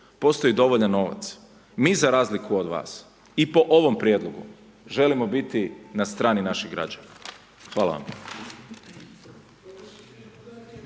postoji dovoljan novac, mi za razliku od vas i po ovom prijedlogu želimo biti na strani naših građana. Hvala vam.